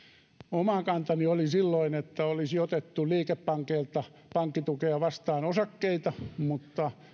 oma kantani oli silloin että olisi otettu liikepankeilta pankkitukea vastaan osakkeita mutta